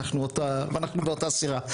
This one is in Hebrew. אנחנו באותה סירה.